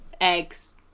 eggs